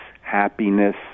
happiness